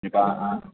ഇപ്പം ആ ആ